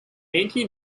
anti